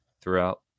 throughout